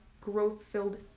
growth-filled